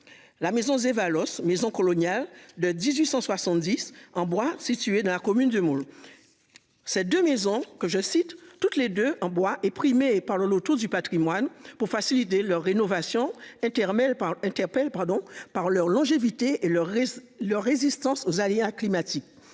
La maison. Maison Coloniale de 1870 en bois situé dans la commune de moules. Ces 2 maisons que je cite, toutes les deux en bois et primé par le Loto du patrimoine pour faciliter leur rénovation éternel par interpelle pardon par leur longévité et leur, leur résistance aux aléas climatiques